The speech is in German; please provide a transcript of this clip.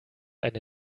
eine